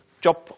job